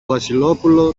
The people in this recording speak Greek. βασιλόπουλο